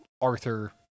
Arthur